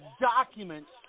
documents